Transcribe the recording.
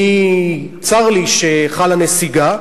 צר לי שחלה נסיגה,